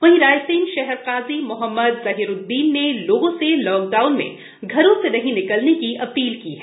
वहीं रायसेन शहर काजी मोहम्मद जहीरुददीन ने लोगों से लॉकडाउन मे घरों से नही निकलने की अपील की है